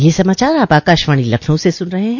ब्रे क यह समाचार आप आकाशवाणी लखनऊ से सुन रहे हैं